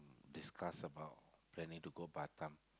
discuss about planning to go Batam